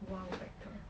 !wow! factor